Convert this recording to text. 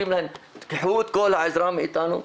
קחו את כל העזרה מאיתנו,